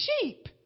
sheep